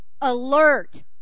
alert